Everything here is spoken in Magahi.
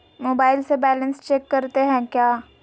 मोबाइल से बैलेंस चेक करते हैं क्या?